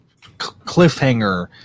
cliffhanger